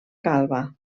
calba